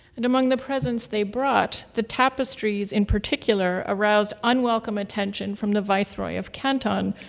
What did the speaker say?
and among the presents they brought, the tapestries in particular aroused unwelcome attention from the viceroy of canton,